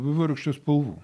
vaivorykštės spalvų